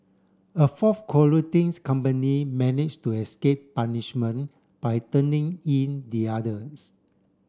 a fourth colluding's company manage to escape punishment by turning in the others